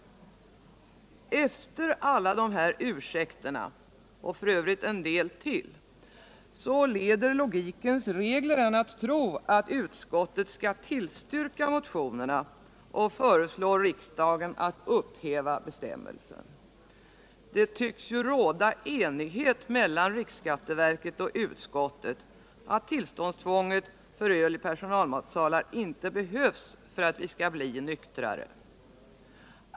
Efter alla dessa ursäkter och en del till leder logikens regler en att tro att utskottet skall tillstyrka motionerna och föreslå riksdagen att upphäva bestämmelsen. Enighet tycks ju råda mellan riksskatteverket och utskottet om att tillståndstvånget för ölservering i personalmatsalar inte behövs för att vi skall bli nyktrare.